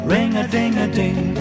Ring-a-ding-a-ding